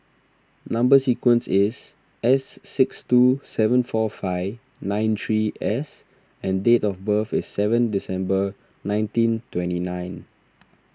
Number Sequence is S six two seven four five nine three S and date of birth is seven December nineteen twenty nine